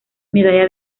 medalla